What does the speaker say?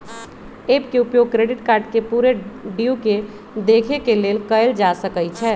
app के उपयोग credit card के पूरे ड्यू के देखे के लेल कएल जा सकइ छै